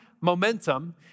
momentum